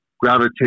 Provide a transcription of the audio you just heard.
gravitate